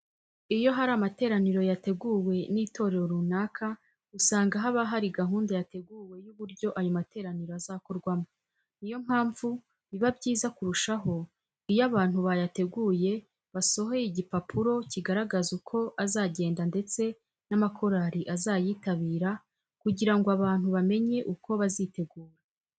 Iyo hari amateraniro yateguwe n'itorero runaka usanga haba hari gahunda yateguwe y'uburyo ayo materaniro azakorwamo. Ni yo mpamvu biba byiza kurushaho iyo abantu bayateguye basohoye igipapuro kigaragaza uko azagenda ndetse n'amakorari azayitabira kugira ngo abantu bamenye uko bazitegura.